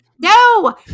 no